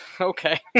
okay